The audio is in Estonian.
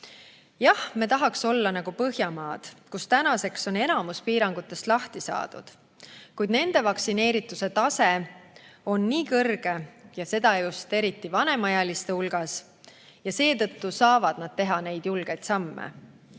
Jah, me tahaksime olla nagu Põhjamaad, kus tänaseks on enamikust piirangutest lahti saadud. Kuid nende vaktsineerituse tase on väga kõrge, seda just eriti vanemaealiste hulgas, ja seetõttu saavad nad teha neid julgeid samme.